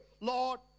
Lord